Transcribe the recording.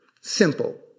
Simple